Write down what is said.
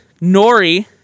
Nori